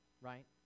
right